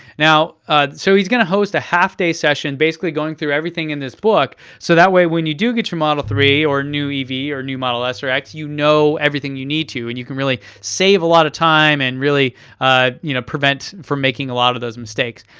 ah so he's gonna host a half-day session, basically going through everything in this book. so that way when you do get your model three or new ev or new model s or x, you know everything you need to and you can really save a lot of time and really ah you know prevent from making a lot of those mistakes.